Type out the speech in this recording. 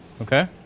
Okay